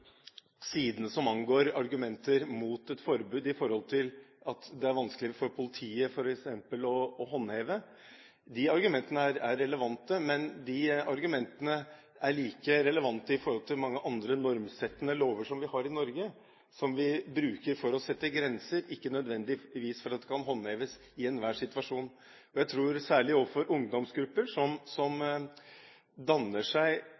siden som angår argumenter mot et forbud i forhold til at det er vanskelig for politiet f.eks. å håndheve, er relevant, men de argumentene er like relevante i forhold til mange andre normsettende lover som vi har i Norge, som vi bruker for å sette grenser, og ikke nødvendigvis for at de kan håndheves i enhver situasjon. Jeg tror at særlig overfor ungdomsgrupper som